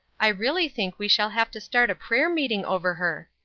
i really think we shall have to start a prayer-meeting over her.